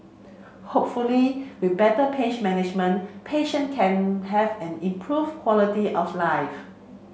hopefully with better pain management patient can have an improved quality of life